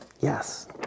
Yes